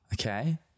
okay